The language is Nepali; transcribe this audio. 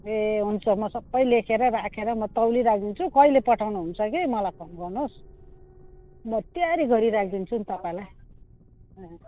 ए हुन्छ म सबै लेखेर राखेर म तौली राखिदिन्छु कहिले पठाउनु हुन्छ कि मलाई फोन गर्नु होस् म तयारी गरी राखिदिन्छु नि तपाईँलाई हजुर